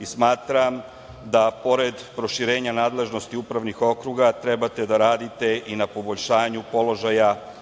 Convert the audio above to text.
i smatram da pored proširenja nadležnosti upravnih okruga trebate da radite i na poboljšanju položaja